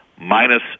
minus